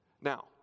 Now